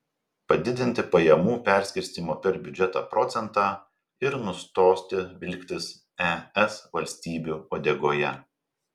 padidinti pajamų perskirstymo per biudžetą procentą ir nustoti vilktis es valstybių uodegoje